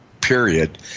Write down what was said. period